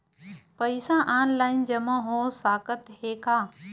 पईसा ऑनलाइन जमा हो साकत हे का?